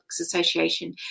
Association